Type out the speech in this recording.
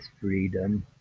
freedom